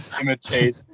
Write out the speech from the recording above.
imitate